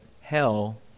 hell